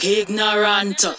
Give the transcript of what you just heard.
ignorant